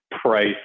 price